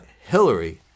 Hillary